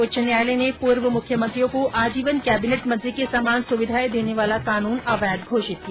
उच्च न्यायालय ने पूर्व मुख्यमंत्रियों को आजीवन केबिनेट मंत्री के समान सुविधाएं देने वाला कानून अवैध घोषित किया